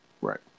Right